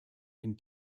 ein